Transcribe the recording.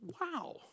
wow